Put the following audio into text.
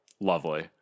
Lovely